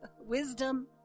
wisdom